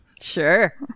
Sure